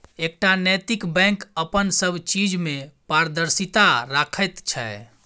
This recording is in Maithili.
एकटा नैतिक बैंक अपन सब चीज मे पारदर्शिता राखैत छै